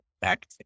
back